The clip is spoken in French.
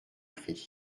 prix